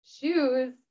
shoes